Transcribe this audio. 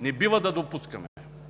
не бива да допускаме